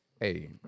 hey